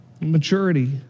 Maturity